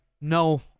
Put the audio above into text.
No